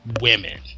women